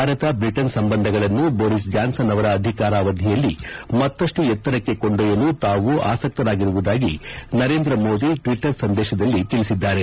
Bharat Britain ಸಂಬಂಧಗಳನ್ನು Boris Johnson ಅವರ ಅಧಿಕಾರ ಅವಧಿಯಲ್ಲಿ ಮತಷ್ಟು ಎತ್ತರಕ್ಕೆ ಕೊಂಡೊಯ್ಟಲು ತಾವು ಆಸಕ್ತರಾಗರುವುದಾಗಿ ನರೇಂದ್ರ ಮೋದಿ ತಮ್ನ ಟ್ವಿಟರ್ ಸಂದೇಶದಲ್ಲಿ ತಿಳಿಸಿದ್ದಾರೆ